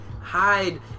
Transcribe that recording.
hide